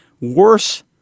worse